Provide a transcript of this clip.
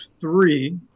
three